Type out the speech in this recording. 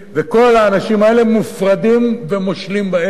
וכל האנשים האלה מופרדים ומושלים בהם,